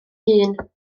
hun